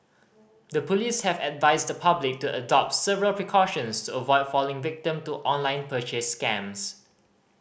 the police have advised the public to adopt several precautions to avoid falling victim to online purchase scams